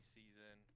season